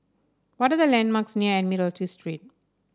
what are the landmarks near Admiralty Street